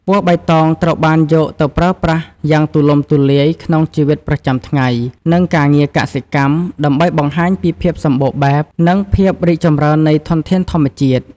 ពណ៌បៃតងត្រូវបានយកទៅប្រើប្រាស់យ៉ាងទូលំទូលាយក្នុងជីវិតប្រចាំថ្ងៃ និងការងារកសិកម្ម ដើម្បីបង្ហាញពីភាពសម្បូរបែប និងភាពរីកចម្រើននៃធនធានធម្មជាតិ។